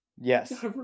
Yes